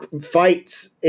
fights